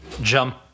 jump